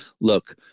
look